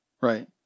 Right